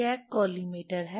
यह कॉलिमेटर है